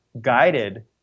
guided